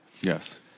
Yes